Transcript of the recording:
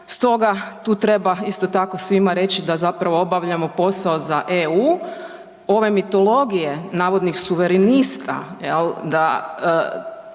stoga tu treba isto tako svima reći da zapravo obavljamo posao sa EU, ove mitologije navodnih suverenista